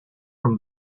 from